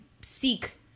seek